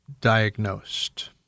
diagnosed